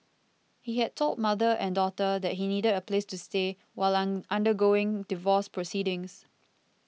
he had told mother and daughter that he needed a place to stay while undergoing divorce proceedings